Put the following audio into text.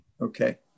Okay